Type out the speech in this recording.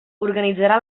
organitzarà